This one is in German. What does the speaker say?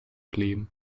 blieben